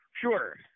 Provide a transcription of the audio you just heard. Sure